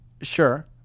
sure